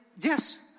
yes